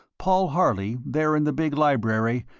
paul harley, there in the big library,